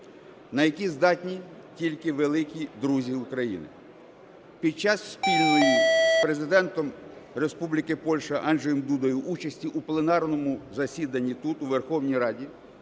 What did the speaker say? на які здатні тільки великі друзі України. Під час спільної з Президентом Республіки Польща Анджеєм Дудою участі у пленарному засіданні тут у Верховній Раді